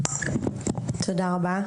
תודה רבה.